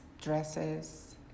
dresses